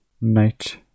knight